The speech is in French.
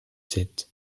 sept